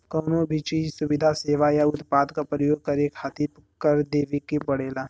कउनो भी चीज, सुविधा, सेवा या उत्पाद क परयोग करे खातिर कर देवे के पड़ेला